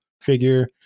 figure